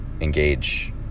engage